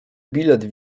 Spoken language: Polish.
bilet